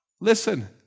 listen